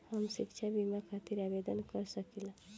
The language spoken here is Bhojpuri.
हम शिक्षा बीमा खातिर आवेदन कर सकिला?